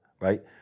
Right